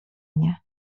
mnie